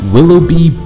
Willoughby